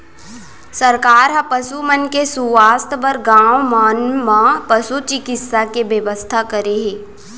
सरकार ह पसु मन के सुवास्थ बर गॉंव मन म पसु चिकित्सा के बेवस्था करे हे